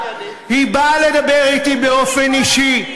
היא באה לדבר אתי באופן אישי,